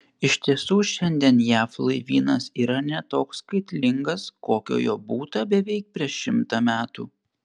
iš tiesų šiandien jav laivynas yra ne toks skaitlingas kokio jo būta beveik prieš šimtą metų